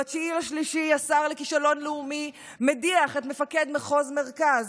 ב-9 במרץ השר לכישלון לאומי מדיח את מפקד מחוז מרכז